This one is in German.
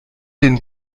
den